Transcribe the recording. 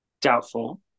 Doubtful